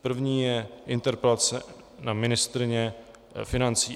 První je interpelace na ministryni financí.